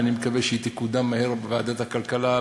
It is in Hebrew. ואני מקווה שהיא תקודם מהר בוועדת הכלכלה,